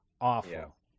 Awful